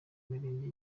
mirenge